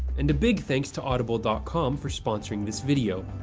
and a big thanks to audible dot com for sponsoring this video.